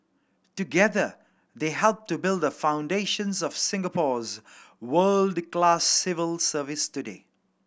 together they helped to build the foundations of Singapore's world class civil service today